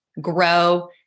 grow